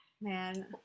Man